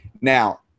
Now